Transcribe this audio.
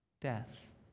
death